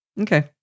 Okay